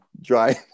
dry